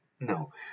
No